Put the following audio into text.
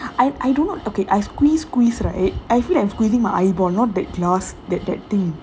I I don't know okay I squeeze squeeze right I feel like I'm squeezing my eyeball not that glass that that thing